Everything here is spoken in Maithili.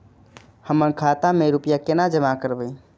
हम खाता में रूपया केना जमा करबे?